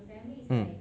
mm